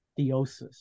theosis